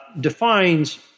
defines